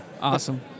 awesome